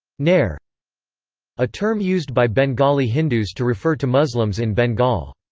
nere a term used by bengali hindus to refer to muslims in bengal.